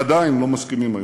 עדיין לא מסכימים היום.